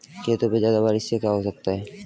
खेतों पे ज्यादा बारिश से क्या हो सकता है?